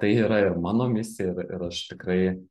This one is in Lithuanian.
tai yra ir mano misija ir aš tikrai